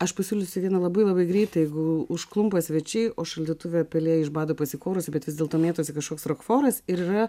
aš pasiūlysiu vieną labai labai greitai jeigu užklumpa svečiai o šaldytuve pelė iš bado pasikorusi bet vis dėlto mėtosi kažkoks rokforas ir yra